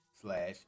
slash